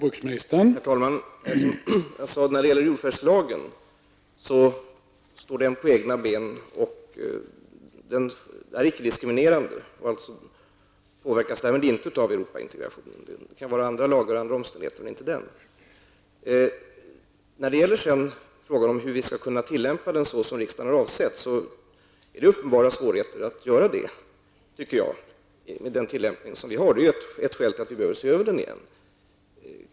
Herr talman! När det gäller jordförvärvslagen står den på egna ben. Den är icke diskriminerande och påverkas därför inte av Europaintegrationen. Det kan finnas andra lagar och andra omständigheter som påverkas, men inte den lagen. När det sedan gäller frågan hur vi skall kunna tillämpa jordförvärvslagen på det sätt som riksdagen avsett, finns det enligt min mening uppenbara svårigheter. Den tillämpning som sker är ett av skälen till att vi behöver se över den igen.